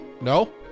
No